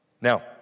Now